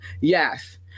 Yes